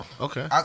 Okay